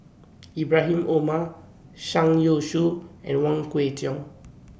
Ibrahim Omar Zhang Youshuo and Wong Kwei Cheong